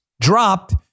dropped